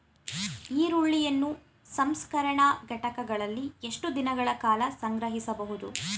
ಈರುಳ್ಳಿಯನ್ನು ಸಂಸ್ಕರಣಾ ಘಟಕಗಳಲ್ಲಿ ಎಷ್ಟು ದಿನಗಳ ಕಾಲ ಸಂಗ್ರಹಿಸಬಹುದು?